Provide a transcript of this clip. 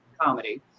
comedy